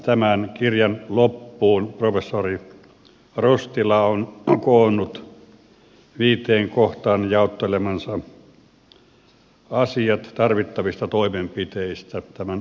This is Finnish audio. tämän kirjan loppuun professori rostila on koonnut viiteen kohtaan jaottelemansa asiat tarvittavista toimenpiteistä tämän asian edistämiseksi